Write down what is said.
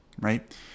right